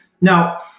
Now